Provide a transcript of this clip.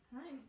Hi